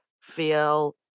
feel